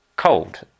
Cold